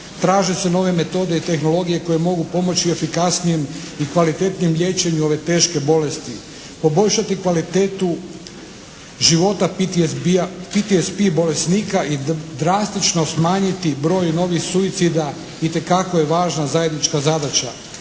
Traže se nove metode i tehnologije koje mogu pomoći efikasnijem i kvalitetnijem liječenju ove teške bolesti. Poboljšati kvalitetu života PTSP bolesnika i drastično smanjiti broj novih suicida itekako je važna zajednička zadaća.